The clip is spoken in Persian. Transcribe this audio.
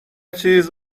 چیز